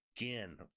again